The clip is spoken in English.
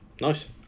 Nice